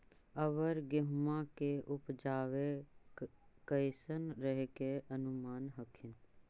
अबर गेहुमा के उपजबा कैसन रहे के अनुमान हखिन?